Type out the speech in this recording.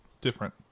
different